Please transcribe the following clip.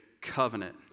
covenant